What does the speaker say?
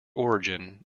origin